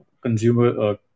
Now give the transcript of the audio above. consumer